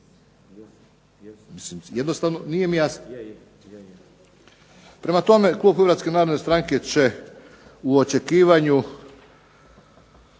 Jednostavno nije mi jasno. Prema tome, klub Hrvatske narodne stranke će u očekivanju